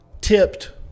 tipped